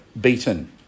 beaten